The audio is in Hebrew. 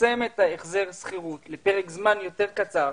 לצמצם את החזר השכירות לזמן יותר קצר.